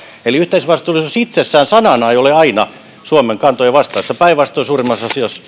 eli yhteisvastuullisuus itsessään sanana ei ole aina suomen kantojen vastaista päinvastoin suurimmassa